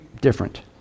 different